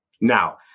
Now